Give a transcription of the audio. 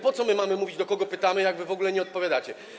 Po co my mamy mówić, kogo pytamy, jak wy w ogóle nie odpowiadacie?